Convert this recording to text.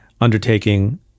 undertaking